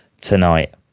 tonight